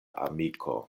amiko